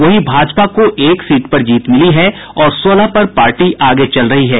वहीं भाजपा को एक सीट पर जीत मिली है और सोलह पर पार्टी आगे चल रही है